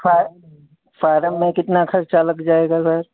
फा फारम में कितना खर्चा लग जाएगा सर